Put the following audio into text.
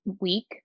week